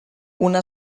una